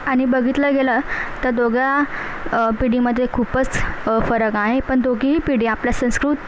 आणि बघितलं गेलं तर दोघा पिढीमध्ये खूपच फरक आहे पण दोघीही पिढी आपल्या संस्कृत